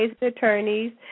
attorneys